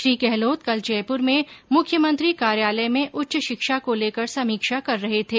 श्री गहलोत कल जयपुर में मुख्यमंत्री कार्यालय में उच्च शिक्षा को लेकर समीक्षा कर रहे थे